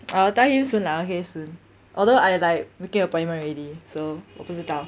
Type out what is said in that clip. I will tell him soon I will tell him soon although I'm like making appointment already so 不知道